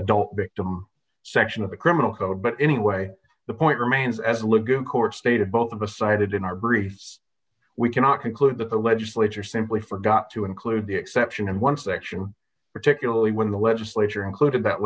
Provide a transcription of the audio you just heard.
adult victim section of the criminal code but anyway the point remains as ligon court stated both of the cited in our briefs we cannot conclude that the legislature simply forgot to include the exception in one section particularly when the legislature included that